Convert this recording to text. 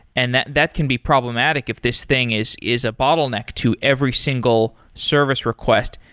and that that can be problematic if this thing is is a bottleneck to every single service request.